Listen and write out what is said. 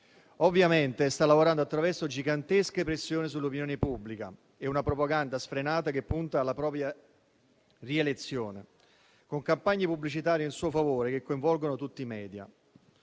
Ovviamente sta lavorando attraverso gigantesche pressioni sull'opinione pubblica e una propaganda sfrenata che punta alla propria rielezione, con campagne pubblicitarie in suo favore, che coinvolgono tutti i media.